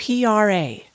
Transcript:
PRA